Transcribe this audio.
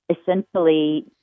essentially